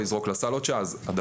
או לזרוק לסל עוד שעה.